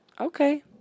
Okay